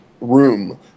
room